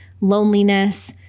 loneliness